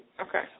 Okay